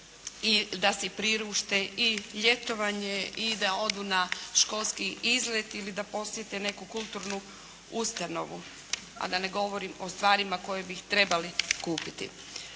da si priušte i ljetovanje i da odu na školski izlet ili da posjete neku kulturnu ustanovu, a da ne govorim o stvarima koje bi trebali kupiti.